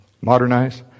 modernize